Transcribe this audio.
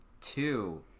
two